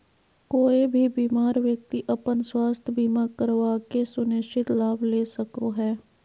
कोय भी बीमार व्यक्ति अपन स्वास्थ्य बीमा करवा के सुनिश्चित लाभ ले सको हय